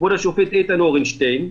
כבוד השופט איתן אורנשטיין,